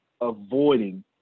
avoiding